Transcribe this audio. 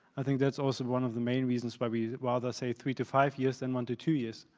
i think that's also one of the main reasons why we'd rather say three to five years than one to two years.